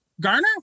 Garner